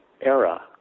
era